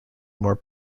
more